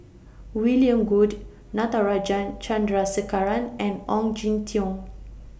William Goode Natarajan Chandrasekaran and Ong Jin Teong